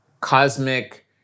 cosmic